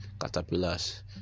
caterpillars